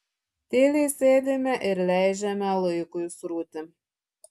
tyliai sėdime ir leidžiame laikui srūti